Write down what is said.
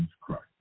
Christ